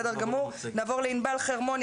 נעבור לענבל חרמוני,